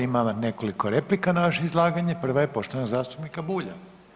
Ima nekoliko replika na vaše izlaganje, prva je poštovanog zastupnika Bulja.